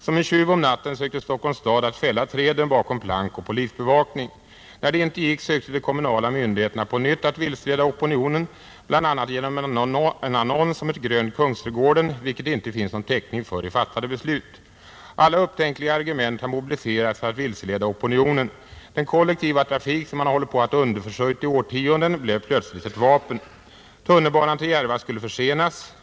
Som en tjuv om natten sökte Stockholms stad att fälla träden bakom plank och polisbevakning. När det inte gick sökte de kommunala myndigheterna på nytt att vilseleda opinionen bl.a. genom en annons om ett grönt Kungsträdgården, vilket det inte finns någon täckning för i fattade beslut. Alla upptänkliga argument har mobiliserats för att vilseleda opinionen. Den kollektiva trafik som man hållit på att underförsörja i årtionden blev plötsligt ett vapen. Tunnelbanan till Järva skulle försenas.